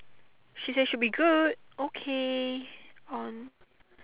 she say she'll be good okay on